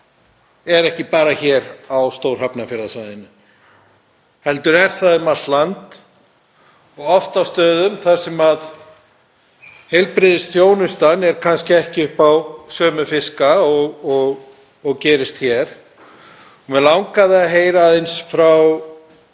er ekki bara hér á Stór-Hafnarfjarðarsvæðinu heldur er það um allt land og oft á stöðum þar sem heilbrigðisþjónustan er kannski ekki upp á sömu fiska og gerist hér. Mig langaði að heyra aðeins frá